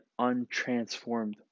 untransformed